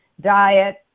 diet